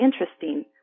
interesting